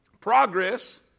Progress